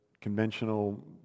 conventional